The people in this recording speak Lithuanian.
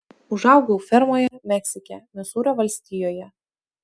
užaugau fermoje meksike misūrio valstijoje